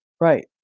right